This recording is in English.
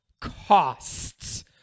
costs